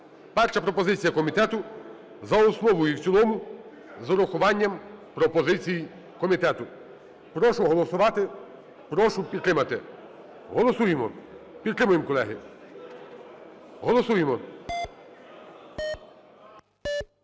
Перша пропозиція комітету - за основу і в цілому з урахуванням пропозицій комітету. Прошу голосувати, прошу підтримати. Голосуємо. Підтримуємо, колеги. Голосуємо.